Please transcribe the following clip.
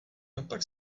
kampak